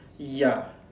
ya